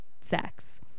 sex